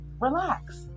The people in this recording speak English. relax